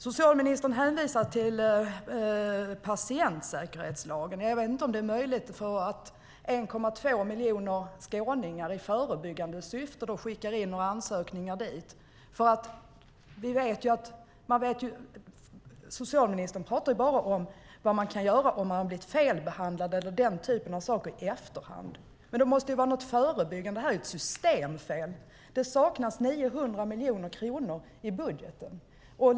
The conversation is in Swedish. Socialministern hänvisar till patientsäkerhetslagen. Jag vet inte om det är någon mening med att 1,2 miljoner skåningar i förebyggande syfte skickar in ansökningar. Socialministern talar bara om vad som kan göras vid felbehandling eller den typen av händelser i efterhand. Men det måste finnas något förebyggande. Det här är ett systemfel. Det saknas 900 miljoner kronor i budgeten.